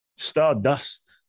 Stardust